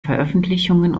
veröffentlichungen